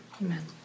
amen